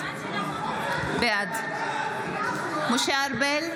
בעד משה ארבל,